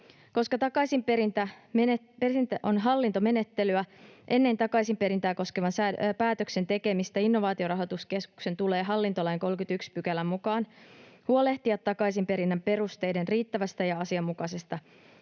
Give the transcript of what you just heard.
Koska takaisinperintä on hallintomenettelyä, ennen takaisinperintää koskevan päätöksen tekemistä Innovaatiorahoituskeskuksen tulee hallintolain 31 §:n mukaan huolehtia takaisinperinnän perusteiden riittävästä ja asianmukaisesta